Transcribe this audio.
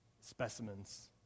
specimens